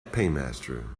paymaster